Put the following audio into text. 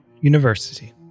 University